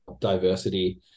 diversity